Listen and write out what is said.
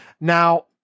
Now